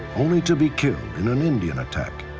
only to be killed in an indian attack.